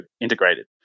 integrated